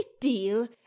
deal